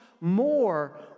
more